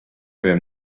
wiem